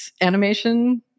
animation